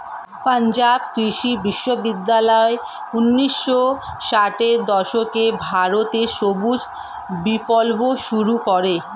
পাঞ্জাব কৃষি বিশ্ববিদ্যালয় ঊন্নিশো ষাটের দশকে ভারতে সবুজ বিপ্লব শুরু করে